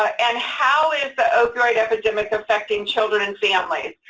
ah and how is the opioid epidemic affecting children and families?